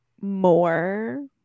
more